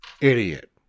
idiot